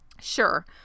Sure